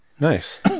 Nice